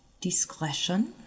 discretion